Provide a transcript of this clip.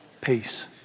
Peace